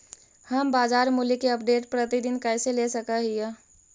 हम बाजार मूल्य के अपडेट, प्रतिदिन कैसे ले सक हिय?